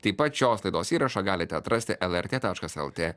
tai pat šios laidos įrašą galite atrasti lrt taškas lt